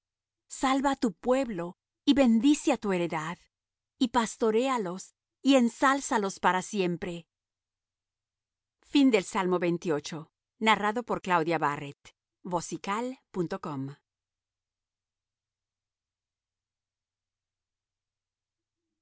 salva á tu pueblo y bendice á tu heredad y pastoréalos y ensálzalos para siempre